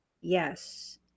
Yes